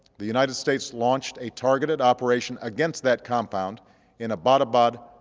the united states launched a targeted operation against that compound in but but